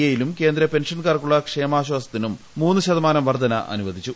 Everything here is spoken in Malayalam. എ യിലും കേന്ദ്ര പെൻഷൻക്കാർക്കുള്ള ക്ഷാമശ്വാസത്തിനും മൂന്നു ശതമാനം വർദ്ധന അനുവദിച്ചു